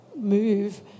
move